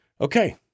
okay